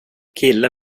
killen